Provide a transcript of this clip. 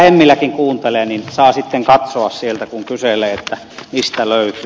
hemmiläkin kuuntelee niin saa sitten katsoa sieltä kun kyselee mistä löytyy